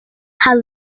has